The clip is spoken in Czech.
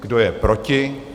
Kdo je proti?